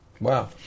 Wow